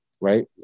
right